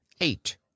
eight